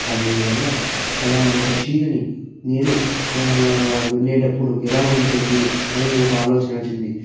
అదేవిధంగా అలా ఒక చీరని నేను రున్నేటప్పుడు ఎలా ఉంటుంది అని ఒక ఆలోచన వచ్చింది